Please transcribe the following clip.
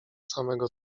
samego